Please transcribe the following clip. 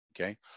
okay